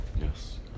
Yes